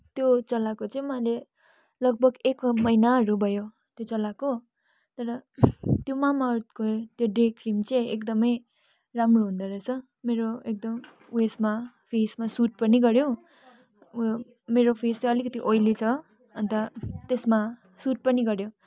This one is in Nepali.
त्यो चलाएको चाहिँ मैले लगभग एक महिनाहरू भयो त्यो चलाएको तर त्यो मामाअर्थको त्यो डे क्रिम चाहिँ एकदमै राम्रो हुँदोरहेछ मेरो एकदम उयेसमा फेसमा सुट पनि गऱ्यो उयो मेरो फेस चाहिँ अलिकति ओइली छ अन्त त्यसमा सुट पनि गऱ्यो